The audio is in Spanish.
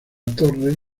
torre